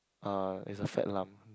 uh it's a fat lump